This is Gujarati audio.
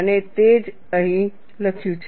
અને તે જ અહીં લખ્યું છે